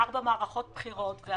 לאחר ארבע מערכות בחירות.